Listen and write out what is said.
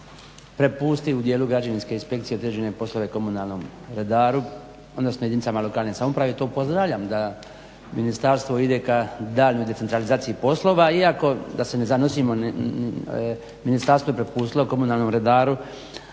u djelu građevinske inspekcije određene poslove komunalnom redaru odnosno jedinicama lokalne samouprave. To pozdravljam da ministarstvo ide ka dalje centralizaciji poslova iako da se ne zanosimo Ministarstvo je prepustilo komunalnom redaru